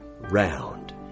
round